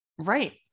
right